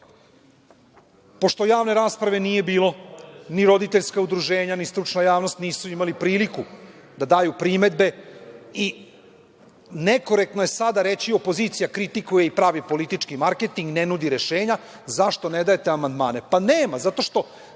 javne rasprave nije bilo, ni roditeljska udruženja, ni stručna javnost, nisu imali priliku da daju primedbe i nekorektno je sada reći – opozicija kritikuje i pravi politički marketing ne nudi rešenja, zašto ne dajete amandmane? Nema, zato što